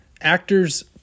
actors